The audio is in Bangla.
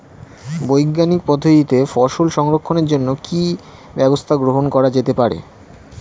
বৈজ্ঞানিক পদ্ধতিতে ফসল সংরক্ষণের জন্য কি ব্যবস্থা গ্রহণ করা যেতে পারে?